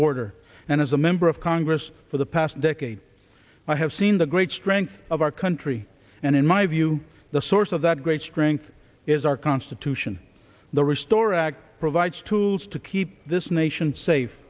border and as a member of congress for the past decade i have seen the great strength of our country and in my view the source of that great strength is our constitution the restore act provides tools to keep this nation safe